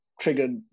triggered